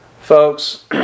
Folks